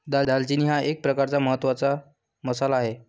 दालचिनी हा एक प्रकारचा महत्त्वाचा मसाला आहे